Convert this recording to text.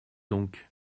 donc